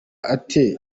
ate